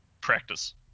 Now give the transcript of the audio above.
practice